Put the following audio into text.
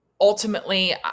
ultimately